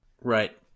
Right